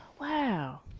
Wow